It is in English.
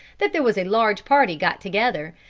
that there was a large party got together,